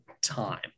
time